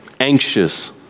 anxious